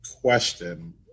question